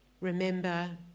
remember